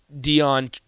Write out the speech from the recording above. Dion